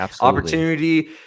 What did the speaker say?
Opportunity